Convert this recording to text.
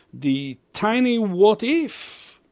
the tiny what if,